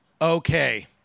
Okay